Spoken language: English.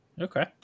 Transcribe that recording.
Okay